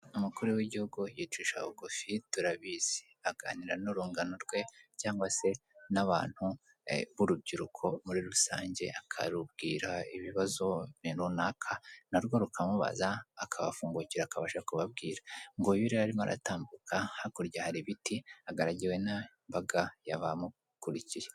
Umukuru w'igihugu yicisha bugufi turabizi, aganira n'urungano rwe cyangwa se n'abantu b'urubyiruko muri rusange, akarubwira ibibazo ibintu runaka narwo rukamubaza akabafukira akabasha kubabwira, nguyu rero arimo aratambuka, hakurya hari ibiti, agaragiwe n'imbaga y'abamukurikiye.